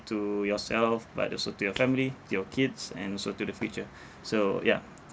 to yourself but also to your family your kids and also to the future so ya